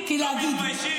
תסתום את הפה שלך ותתבייש לך.